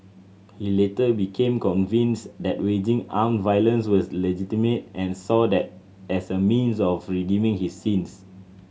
he later became convinced that waging armed violence was legitimate and saw that as a means of redeeming his sins